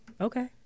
okay